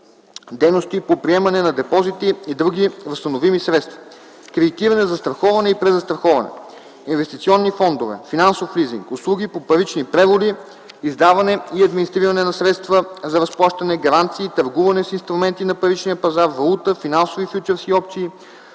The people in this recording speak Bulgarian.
дейности по приемане на депозити и други възстановими средства; кредитиране; застраховане и презастраховане; инвестиционни фондове; финансов лизинг; услуги по парични преводи; издаване и администриране на средства за разплащане; гаранции; търгуване с инструменти на паричния пазар, валута, финансови фючърси и